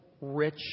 rich